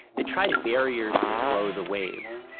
they tried barriers to slow the waves.